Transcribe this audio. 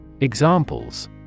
Examples